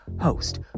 host